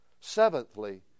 Seventhly